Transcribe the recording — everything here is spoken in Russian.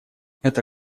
эта